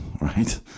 right